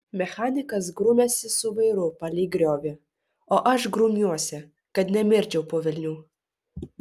mechanikas grumiasi su vairu palei griovį o aš grumiuosi kad nemirčiau po velnių